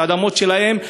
את האדמות שלהם,